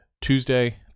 Tuesday